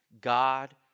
God